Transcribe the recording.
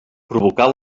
provocar